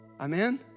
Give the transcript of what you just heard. Amen